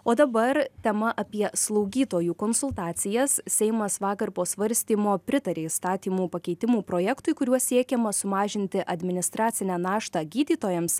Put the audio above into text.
o dabar tema apie slaugytojų konsultacijas seimas vakar po svarstymo pritarė įstatymų pakeitimų projektui kuriuo siekiama sumažinti administracinę naštą gydytojams